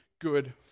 good